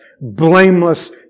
blameless